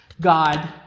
God